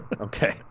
Okay